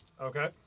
Okay